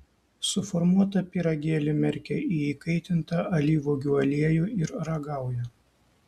suformuotą pyragėlį merkia į įkaitintą alyvuogių aliejų ir ragauja